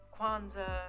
Kwanzaa